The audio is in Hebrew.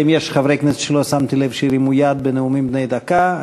אלא אם כן יש חברי כנסת שלא שמתי לב שהרימו יד לנאומים בני דקה.